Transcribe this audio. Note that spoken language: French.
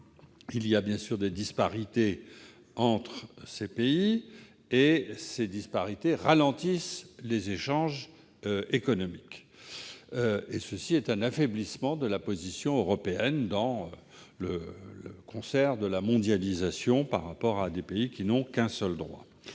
Il existe bien sûr des disparités entre ces pays, et ces disparités ralentissent les échanges économiques, ce qui conduit à un affaiblissement de la position européenne dans le concert de la mondialisation par rapport à des pays soumis à un droit